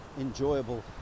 enjoyable